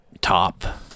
top